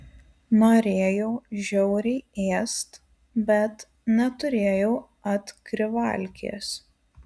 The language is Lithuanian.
norėjau žiauriai ėst bet neturėjau atkrivalkės